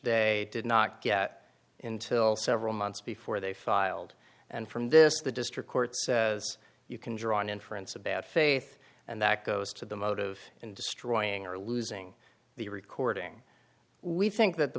they did not get into all several months before they filed and from this the district court says you can draw an inference of bad faith and that goes to the motive in destroying or losing the recording we think that the